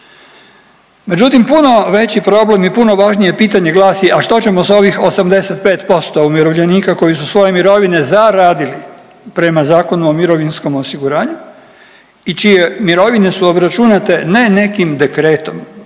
Međutim, puno veći problem i puno važnije pitanje glasi, a što ćemo sa ovih 85% umirovljenika koji su svoje mirovine zaradili prema Zakonu o mirovinskom osiguranju i čije mirovine su obračunate ne nekim dekretom,